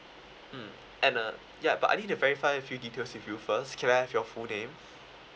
mm and uh ya but I need to verify a few details with you first can I have your full name